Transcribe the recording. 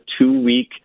two-week